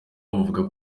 buvuga